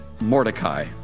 Mordecai